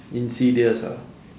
insidious ah